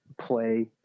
play